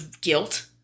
Guilt